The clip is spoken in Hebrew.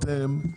אתם,